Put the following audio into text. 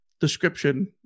description